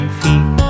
feet